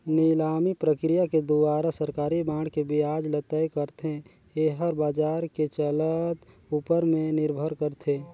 निलामी प्रकिया के दुवारा सरकारी बांड के बियाज ल तय करथे, येहर बाजार के चलत ऊपर में निरभर करथे